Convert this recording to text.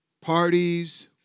parties